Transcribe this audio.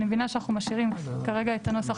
אני מבינה שאנחנו משאירים כרגע את הנוסח